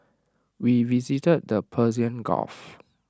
we visited the Persian gulf